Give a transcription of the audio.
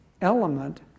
element